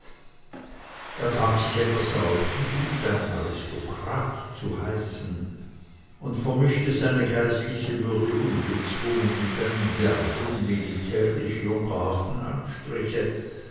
er tat sich etwas darauf zu gut ein aristokrat zu heißen und vermischte seine geistliche würde ungezwungen mit einem derben militärisch junkerhaften anstriche